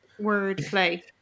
wordplay